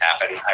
happen